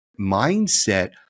mindset